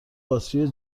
باتری